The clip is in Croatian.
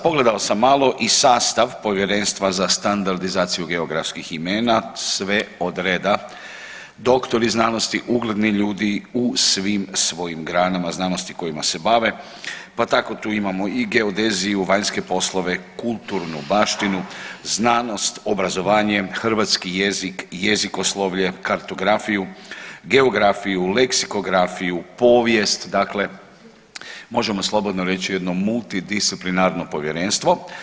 Pogledao sam malo i sastav Povjerenstva za standardizaciju geografskih imena, sve odreda doktori znanosti, ugledni ljudi u svim svojim granama znanosti kojima se bave, pa tako tu imamo i geodeziju, vanjske poslove, kulturnu baštinu, znanost, obrazovanje, hrvatski jezik, jezikoslovlje, kartografiju, geografiju, leksikografiju, povijest dakle možemo slobodno reći jedno multidisciplinarno povjerenstvo.